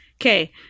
Okay